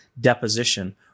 deposition